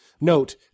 Note